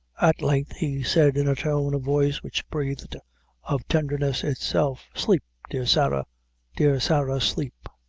at length he said, in a tone of voice which breathed of tenderness itself sleep, dear sarah dear sarah, sleep.